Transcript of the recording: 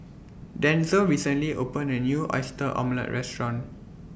Denzel recently opened A New Oyster Omelette Restaurant